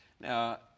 Now